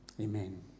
Amen